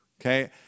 okay